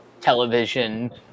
television